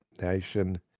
nation